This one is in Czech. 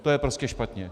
To je prostě špatně.